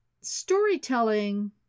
storytelling